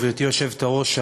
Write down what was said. גברתי היושבת-ראש,